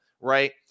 right